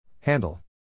Handle